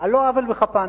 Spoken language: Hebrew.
על לא עוול בכפן.